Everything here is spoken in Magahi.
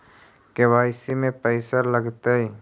के.वाई.सी में पैसा लगतै?